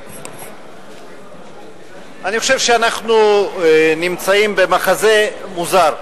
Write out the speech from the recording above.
אני חושב שאנחנו נמצאים במחזה מוזר.